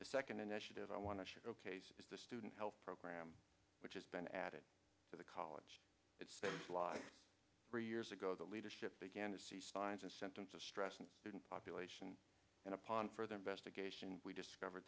the second initiative i want to showcase is the student health program which has been added to the college life three years ago the leadership began to see signs and symptoms of stress and student population and upon further investigation we discovered